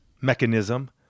mechanism